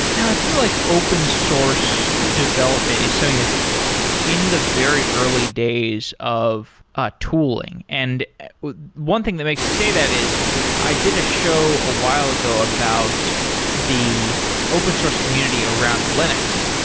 now, i feel like open source development is something that's in the very early days of ah tooling. and one thing that makes me say that is i did a show a while ago about the open source community around linux,